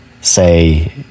say